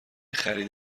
خرید